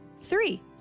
Three